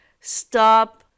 Stop